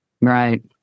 Right